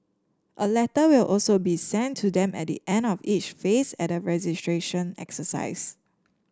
a letter will also be sent to them at the end of each phase at the registration exercise